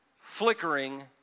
flickering